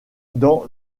dans